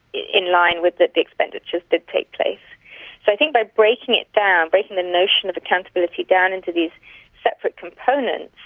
in line with that the expenditures did take place. so i think by breaking it down, breaking the notion of accountability down into these separate components,